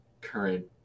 current